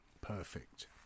Perfect